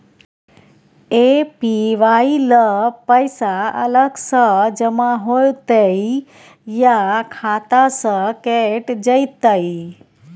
APY ल पैसा अलग स जमा होतै या खाता स कैट जेतै?